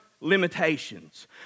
limitations